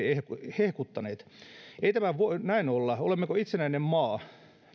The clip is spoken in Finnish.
hehkuttaneet ei tämä voi näin olla olemmeko itsenäinen maa